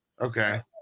Okay